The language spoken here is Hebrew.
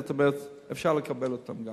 כלומר אפשר לקבל אותם.